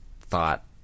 thought